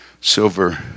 silver